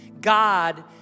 God